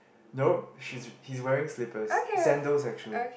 nope she's he is wearing slippers scandals actually